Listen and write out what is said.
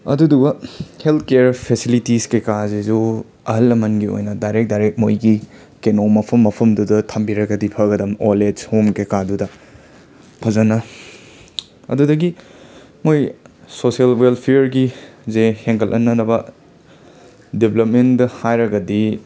ꯑꯗꯨꯗꯨꯒ health care facilities ꯀꯩꯀꯥꯁꯤꯁꯨ ꯑꯍꯜ ꯂꯃꯟꯒꯤ ꯑꯣꯏꯅ ꯗꯥꯏꯔꯦꯛ ꯗꯥꯏꯔꯦꯛ ꯃꯣꯏꯒꯤ ꯀꯩꯅꯣ ꯃꯐꯝ ꯃꯐꯝꯗꯨꯗ ꯊꯝꯕꯤꯔꯒꯗꯤ ꯐꯒꯗꯝ ꯑꯣꯜ ꯑꯦꯖ ꯍꯣꯝ ꯀꯩꯀꯥꯗꯨꯗ ꯐꯖꯅ ꯑꯗꯨꯗꯒꯤ ꯃꯣꯏ ꯁꯣꯁꯤꯌꯦꯜ ꯋꯦꯜꯐꯤꯌꯥꯔꯒꯤꯁꯦ ꯍꯦꯟꯒꯠꯍꯟꯅꯅꯕ ꯗꯦꯕꯂꯞꯃꯦꯟꯗ ꯍꯥꯏꯔꯒꯗꯤ